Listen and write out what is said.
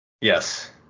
yes